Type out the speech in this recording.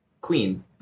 queen